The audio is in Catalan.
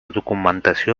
documentació